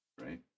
right